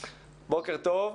בוקר טוב מיכל.